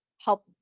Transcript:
help